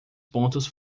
pontos